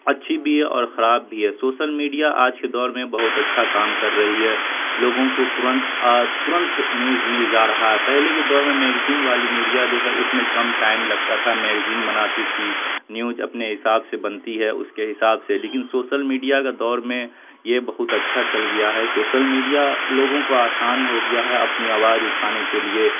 اچھی بھی ہے اور خراب بھی ہے سوسل میڈیا آج کے دور میں بہت اچھا کام کر رہی ہے لوگوں کو ترنت ترنت نیوز مل جا رہا ہے پہلے کے دور میں میگزین والی میڈیا جو ہے اس میں کم ٹائم لگتا تھا میگزین بناتی تھی نیوج اپنے حساب سے بنتی ہے اس کے حساب سے لیکن سوسل میڈیا کا دور میں یہ بہت اچھا چل گیا ہے سوسل میڈیا لوگوں کو آسان ہو گیا ہے اپنی آواز اٹھانے کے لیے